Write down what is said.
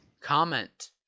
Comment